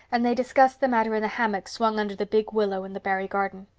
and they discussed the matter in the hammock swung under the big willow in the barry garden.